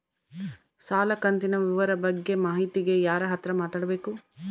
ಸಾಲ ಕಂತಿನ ವಿವರ ಬಗ್ಗೆ ಮಾಹಿತಿಗೆ ಯಾರ ಹತ್ರ ಮಾತಾಡಬೇಕು?